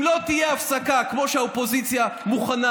אם לא תהיה הפסקה כמו שהאופוזיציה מוכנה,